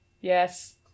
Yes